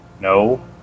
No